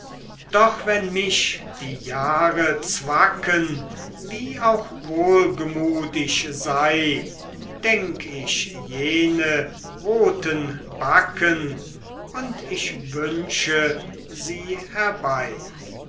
doch wenn mich die jahre zwacken wie auch wohlgemut ich sei denk ich jene roten backen und ich wünsche sie herbei